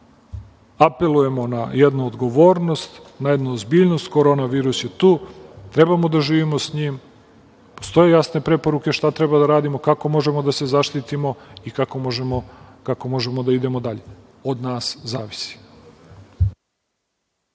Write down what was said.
Apelujemo na jednu odgovornost, jednu ozbiljnost, Koronavirus je tu, treba da živimo sa njim, postoje jasne preporuke šta treba da radimo, kako možemo da se zaštitimo i kako možemo da idemo dalje. Od nas zavisi.